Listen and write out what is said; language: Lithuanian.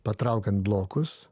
patraukiant blokus